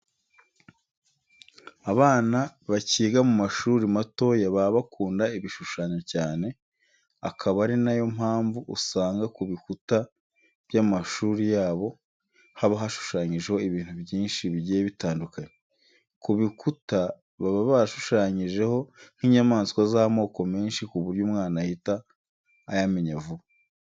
Abana bakiga mu mashuri matoya baba bakunda ibishushanyo cyane, akaba ari na yo mpamvu usanga ku bikuta by'amashuri yabo haba hashushanyijeho ibintu byinshi bigiye bitandukanye. Ku bikuta baba barashushanyijeho nk'inyamaswa z'amoko menshi ku buryo umwana ahita ayamenya vuba.